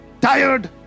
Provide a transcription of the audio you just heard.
tired